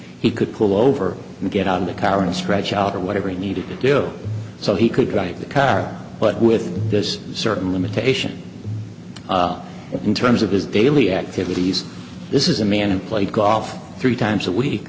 he could pull over and get out of the car and stretch out or whatever he needed to do so he could drive the car but with this certain limitations in terms of his daily activities this is a man who played golf three times a week